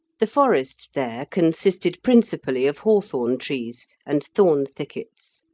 the forest there consisted principally of hawthorn-trees and thorn thickets,